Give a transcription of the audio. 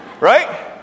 Right